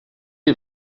est